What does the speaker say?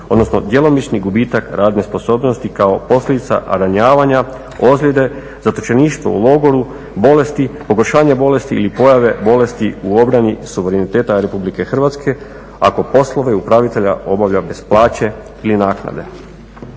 odnosno djelomični gubitak radne sposobnosti kao posljedica ranjavanja, ozljede, zatočeništva u logoru, bolesti, pogoršanja bolesti ili pojave bolesti u obrani suvereniteta Republike Hrvatske ako poslove upravitelja obavlja bez plaće ili naknade."